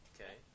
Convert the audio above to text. Okay